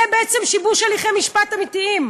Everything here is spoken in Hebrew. זה בעצם שיבוש הליכי משפט אמיתי.